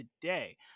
today